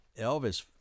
elvis